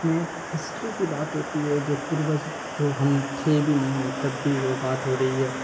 اس میں ہسٹری کی بات ہوتی ہے جو پوروج جو ہم تھے بھی نہیں تب بھی وہ بات ہو رہی ہے